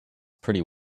pretty